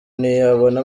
ntiyabona